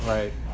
Right